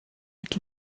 mit